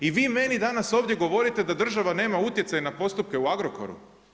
I vi meni danas ovdje govorite da država nema utjecaja na postupke u Agrokoru?